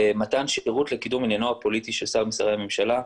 מתן שירות לקידום עניינו הפוליטי של שר במשרדי הממשלה.